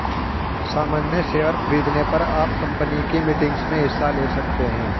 सामन्य शेयर खरीदने पर आप कम्पनी की मीटिंग्स में हिस्सा ले सकते हैं